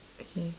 okay